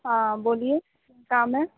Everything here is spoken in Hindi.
हाँ बोलिए काम है